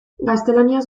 gaztelaniaz